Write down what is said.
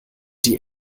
die